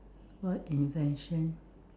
what invention